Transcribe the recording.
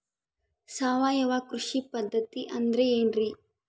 ಸಾವಯವ ಕೃಷಿ ಪದ್ಧತಿ ಅಂದ್ರೆ ಏನ್ರಿ?